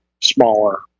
smaller